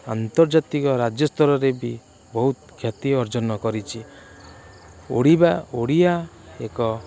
ଆନ୍ତର୍ଜାତିକ ରାଜ୍ୟ ସ୍ତରରେ ବି ବହୁତ ଖ୍ୟାତି ଅର୍ଜନ କରିଛି ଓଡ଼ିବା ଓଡ଼ିଆ ଏକ